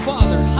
Father